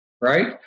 right